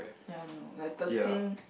that one no like thirteen